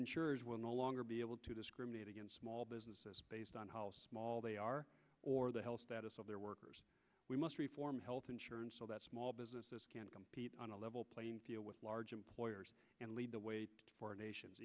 insurers will no longer be able to discriminate against small businesses based on how small they are or the health status of their workers we must reform health insurance so that small businesses can compete on a level playing field with large employers and lead the wait for a nation